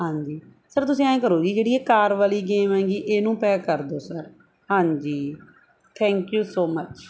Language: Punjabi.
ਹਾਂਜੀ ਸਰ ਤੁਸੀਂ ਐਂ ਕਰੋ ਜੀ ਜਿਹੜੀ ਇਹ ਕਾਰ ਵਾਲੀ ਗੇਮ ਹੈਗੀ ਇਹਨੂੰ ਪੈਕ ਕਰ ਦਿਓ ਸਰ ਹਾਂਜੀ ਥੈਂਕ ਯੂ ਸੋ ਮਚ